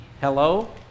Hello